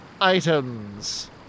Items